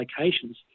locations